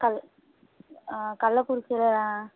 கள் ஆ கள்ளக்குறிச்சியில